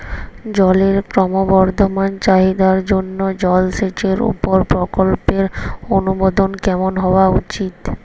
জলের ক্রমবর্ধমান চাহিদার জন্য জলসেচের উপর প্রকল্পের অনুমোদন কেমন হওয়া উচিৎ?